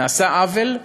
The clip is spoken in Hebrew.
נעשה עוול,